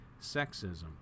sexism